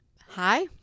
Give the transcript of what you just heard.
Hi